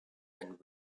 and